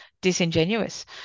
disingenuous